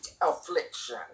affliction